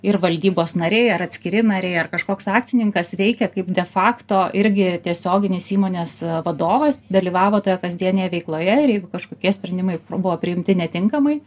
ir valdybos nariai ar atskiri nariai ar kažkoks akcininkas veikia kaip de facto irgi tiesioginis įmonės vadovas dalyvavo toje kasdienėje veikloje ir jeigu kažkokie sprendimai buvo priimti netinkamai